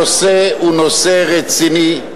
הנושא הוא נושא רציני,